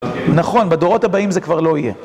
נכון, בדורות הבאים זה כבר לא יהיה.